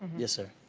yes sir.